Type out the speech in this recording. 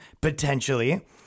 potentially